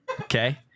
Okay